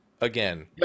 again